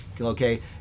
okay